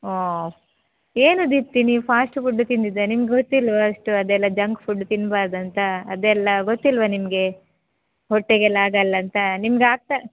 ಓ ಏನು ದೀಪ್ತಿ ನೀವು fast food ತಿಂದಿದ್ದಾ ನಿಮ್ಗೆ ಗೊತ್ತಿಲ್ಲವಾ ಅಷ್ಟು ಅದೆಲ್ಲ ಜಂಕ್ ಫುಡ್ ತಿನ್ನಬಾರ್ದು ಅಂತ ಅದೆಲ್ಲ ಗೊತ್ತಿಲ್ಲವಾ ನಿಮಗೆ ಹೊಟ್ಟೆಗೆಲ್ಲ ಆಗೋಲ್ಲ ಅಂತ ನಿಮ್ಗೆ ಆಗ್ತ